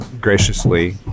graciously